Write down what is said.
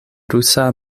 rusa